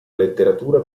letteratura